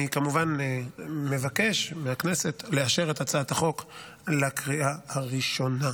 אני כמובן מבקש מהכנסת לאשר את הצעת החוק בקריאה הראשונה.